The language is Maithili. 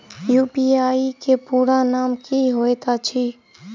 यु.पी.आई केँ पूरा नाम की होइत अछि?